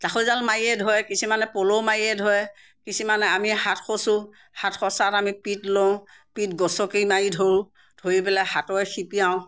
জাকৈ জাল মাৰিয়ে ধৰে কিছুমানে পল মাৰিয়ে ধৰে কিছুমানে আমি হাত খছোঁ হাত খচাত আমি পিত লওঁ পিত গচকি মাৰি ধৰোঁ ধৰি পেলাই হাতেৰে খেপিয়াওঁ